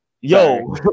yo